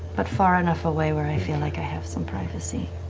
but far enough away where i feel like i have some privacy.